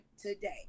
today